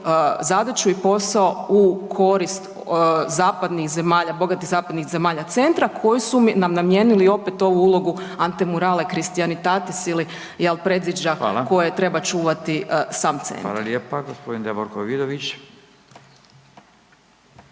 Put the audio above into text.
zadaću i posao u korist zapadnih zemalja, bogatih zapadnih zemalja centra, koji su nam namijenili opet ovu ulogu antemurale christianitatis ili, predviđa koje .../Upadica: Hvala./... treba čuvati sam centar.